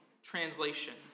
Translations